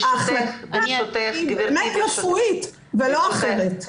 הסיבה היא רפואית ולא אחרת.